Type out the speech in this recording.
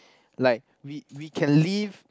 like we we can leave